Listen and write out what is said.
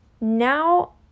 now